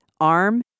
arm